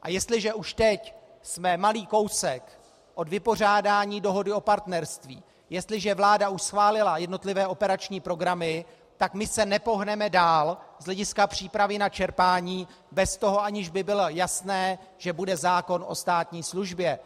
A jestliže už teď jsme malý kousek od vypořádání dohody o partnerství, jestliže už vláda schválila jednotlivé operační programy, tak my se nepohneme dál z hlediska přípravy na čerpání bez toho, aniž by bylo jasné, že bude zákon o státní službě.